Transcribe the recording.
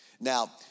Now